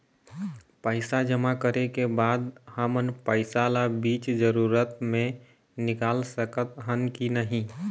पैसा जमा करे के बाद हमन पैसा ला बीच जरूरत मे निकाल सकत हन की नहीं?